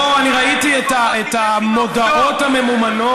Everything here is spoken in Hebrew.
בוא, אני ראיתי את המודעות הממומנות.